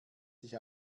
sich